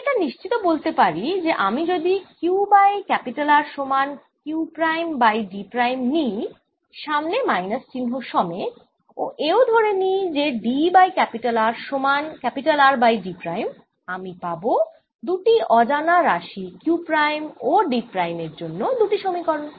আমি এটা নিশ্চিত বলতে পারি যে আমি যদি q বাই R সমান q prime by d prime নিই সামনে মাইনাস চিহ্ন সমেত ও এও ধরে নিই যে d বাই R সমান R বাই d প্রাইম আমি পাবো দুটি অজানা রাশি q প্রাইম ও d প্রাইম এর জন্য দুটি সমীকরণ